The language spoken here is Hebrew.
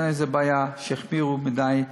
איזו בעיה שהחמירו מדי,